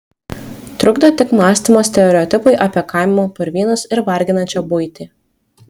trukdo tik mąstymo stereotipai apie kaimo purvynus ir varginančią buitį